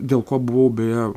dėl ko buvau beje